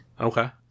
okay